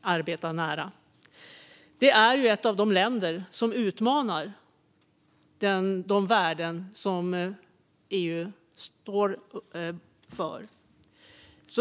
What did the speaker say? arbeta nära. Det är ju ett av de länder som utmanar de värden som EU står för.